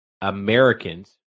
americans